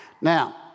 Now